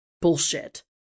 Bullshit